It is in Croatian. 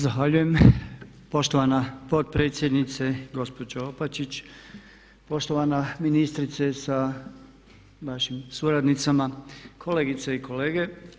Zahvaljujem poštovana potpredsjednice gospođo Opačić, poštovana ministrice sa vašim suradnicama, kolegice i kolege.